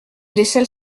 décèle